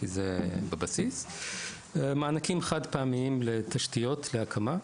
כי זה בבסיס, מענקים חד פעמיים לתשתיות, להקמה,